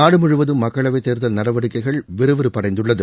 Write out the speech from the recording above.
நாடு முழுவதும் மக்களவை தேர்தல் நடவடிக்கைகள் விறுவிறுப்பு அடைந்துள்ளது